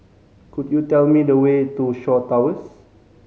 could you tell me the way to Shaw Towers